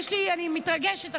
אני מתרגשת עכשיו.